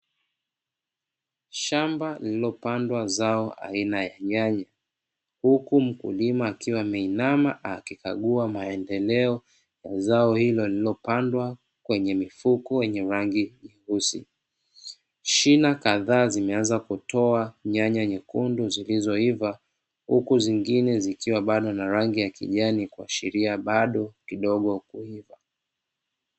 Shamba lililopandwa zao aina ya nyanya, huku mkulima akiwa ameinama akikagua maendeleo ya zao hilo lililopandwa kwenye mifuko yenye rangi nyeusi, shina kadhaa zimeanza kutoa nyanya nyekundu zilizoiva huku zingine zikiwa bado na rangi ya kijani kuashiria bado kidogo kuiva.